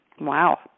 Wow